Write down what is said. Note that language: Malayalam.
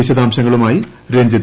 വിശദാംശങ്ങളുമായി രഞ്ജിത്ത്